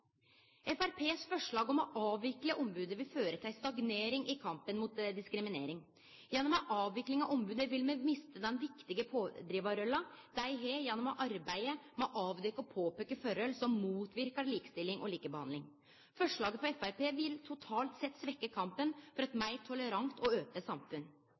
Framstegspartiets forslag om å avvikle ombodet vil føre til stagnering i kampen mot diskriminering. Gjennom ei avvikling av ombodet, vil vi miste den viktige pådrivarrolla dei har gjennom å arbeide med å avdekkje og påpeike forhold som motverkar likestilling og likebehandling. Forslaget frå Framstegspartiet vil totalt sett svekkje kampen for eit meir tolerant og ope samfunn.